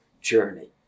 journey